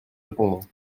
répondre